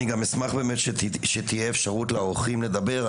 אני גם אשמח באמת שתהיה אפשרות לאורחים לדבר,